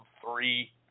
three